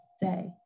day